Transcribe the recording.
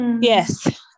Yes